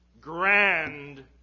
grand